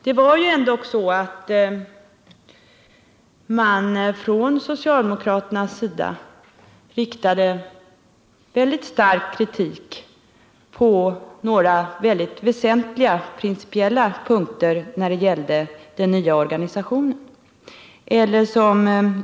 Det var ju ändock så att man från socialdemokraternas sida anförde mycket stark kritik på några väsentliga principiella punkter när det gällde den nya organisationen.